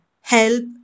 Help